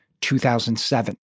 2007